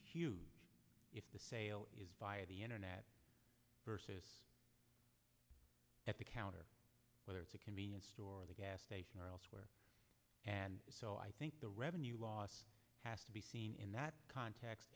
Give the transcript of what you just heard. huge if the sale is via the internet at the counter whether it's a convenience store the gas station or elsewhere and so i think the revenue loss has to be seen in that context